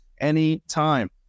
anytime